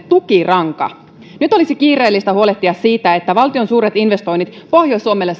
tukiranka nyt olisi kiireellistä huolehtia siitä että saataisiin toteutettua valtion suuret investoinnit pohjois suomelle